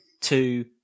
two